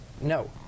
no